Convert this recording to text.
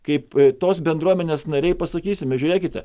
kaip tos bendruomenės nariai pasakysime žiūrėkite